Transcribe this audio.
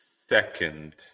second